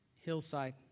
hillside